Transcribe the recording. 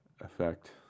effect